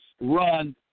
run